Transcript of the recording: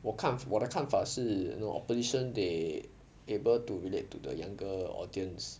我看我的看法是 you know opposition they able to relate to the younger audience